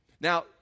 Now